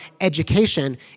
education